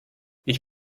ich